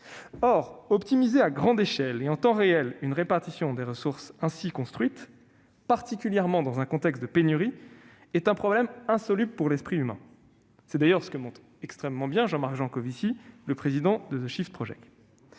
Or optimiser à grande échelle et en temps réel une répartition des ressources ainsi construite, particulièrement dans un contexte de pénurie, est un problème insoluble pour l'esprit humain- c'est d'ailleurs ce que montre extrêmement bien Jean-Marc Jancovici, le président de. Un tel problème